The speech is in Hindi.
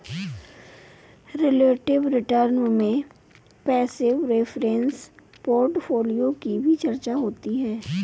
रिलेटिव रिटर्न में पैसिव रेफरेंस पोर्टफोलियो की भी चर्चा होती है